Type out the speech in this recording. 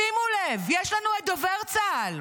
שימו לב, יש לנו את דובר צה"ל,